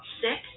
sick